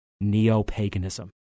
neo-paganism